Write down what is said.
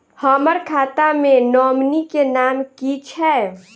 हम्मर खाता मे नॉमनी केँ नाम की छैय